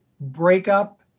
breakup